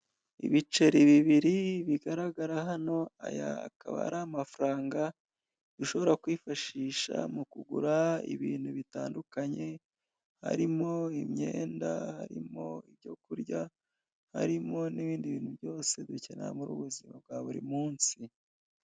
Ibiceri bibiri bigaragara hano, aya akaba ari amafaranga ushobora kwifashisha mu kugura ibintu bitandukanye, harimo imyenda, harimo ibyo kurya, harimo n'ibindi bintu byose dukenera muri ubu buzima bwa buri munsi.